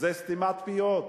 זה סתימת פיות,